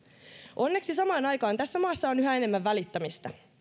onneksi samaan aikaan tässä maassa on yhä enemmän välittämistä